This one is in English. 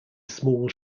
small